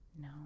No